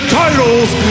titles